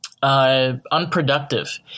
Unproductive